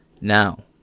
Now